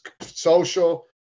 social